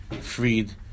freed